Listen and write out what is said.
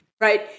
right